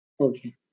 Okay